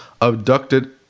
abducted